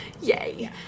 Yay